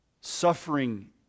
suffering